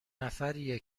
نفریه